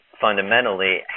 fundamentally